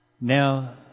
Now